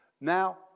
Now